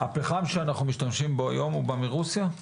הפחם שאנו משתמשים בו היום בא מרוסיה?